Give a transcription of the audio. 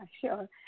sure